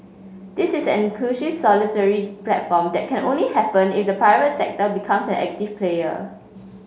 this is an inclusive solidarity platform that can only happen if the private sector becomes an active player